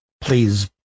please